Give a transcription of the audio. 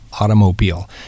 automobile